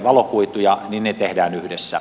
niin ne tehdään yhdessä